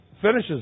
finishes